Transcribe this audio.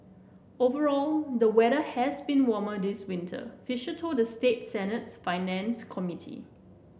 overall the weather has been warmer this winter Fisher told the state Senate's Finance Committee